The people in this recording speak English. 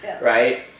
right